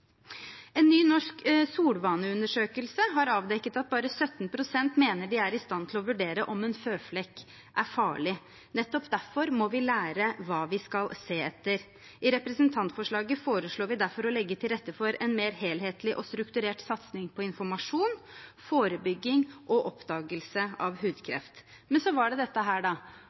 En ny norsk solvaneundersøkelse har avdekket at bare 17 pst. mener de er i stand til å vurdere om en føflekk er farlig. Nettopp derfor må vi lære hva vi skal se etter. I representantforslaget foreslår vi derfor å legge til rette for en mer helhetlig og strukturert satsing på informasjon, forebygging og oppdagelse av hudkreft. Men det er to ting en står overfor. Det